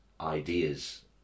ideas